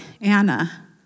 Anna